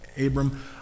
Abram